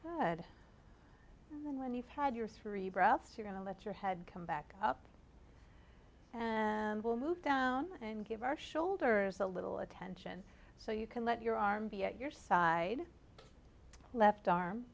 good then when you've had your three breaths you going to let your head come back up and will move down and give our shoulders a little attention so you can let your arm be at your side left arm